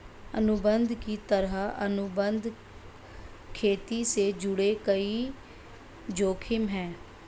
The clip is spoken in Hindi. अनुबंध की तरह, अनुबंध खेती से जुड़े कई जोखिम है